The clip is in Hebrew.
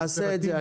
נעשה את זה.